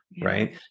right